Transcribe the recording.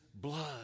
blood